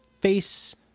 face